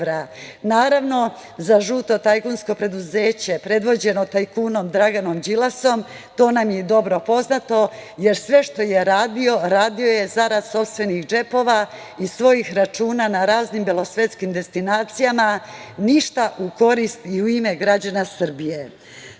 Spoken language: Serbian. Naravno, za žuta tajkunska preduzeća predvođeno tajkunom, Draganom Đilasom, to nam je dobro poznato, jer sve što je radio, radio je za rad sopstvenih džepova i svojih računa na raznim belosvetskim destinacijama, ništa u korist i u ime građana